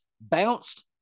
bounced